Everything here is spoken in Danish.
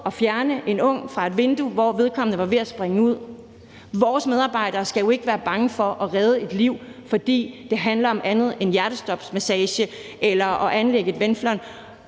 at fjerne en ung fra et vindue, hvor vedkommende var ved at springe ud. Vores medarbejdere skal jo ikke være bange for at redde et liv, fordi det handler om andet end hjertemassage eller at anlægge en venflon,